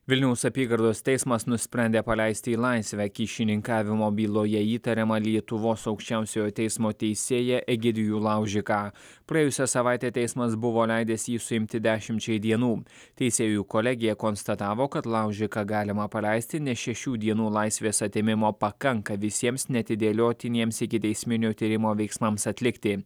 vilniaus apygardos teismas nusprendė paleisti į laisvę kyšininkavimo byloje įtariamą lietuvos aukščiausiojo teismo teisėją egidijų laužiką praėjusią savaitę teismas buvo leidęs jį suimti dešimčiai dienų teisėjų kolegija konstatavo kad laužiką galima paleisti nes šešių dienų laisvės atėmimo pakanka visiems neatidėliotiniems ikiteisminio tyrimo veiksmams atlikti